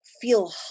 feel